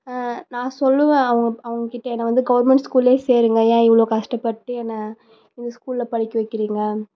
நான் சொல்வேன் அவ அவங்கக்கிட்டே என்னை வந்து கவர்மெண்ட் ஸ்கூல்லேயே சேருங்க ஏன் இவ்ளோ கஷ்டப்பட்டு என்னை இந்த ஸ்கூலில் படிக்க வைக்கிறீங்க